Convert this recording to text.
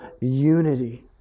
unity